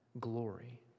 glory